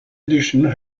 edition